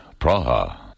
Praha